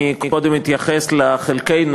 אני קודם אתייחס לחלקנו,